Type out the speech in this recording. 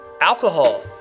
alcohol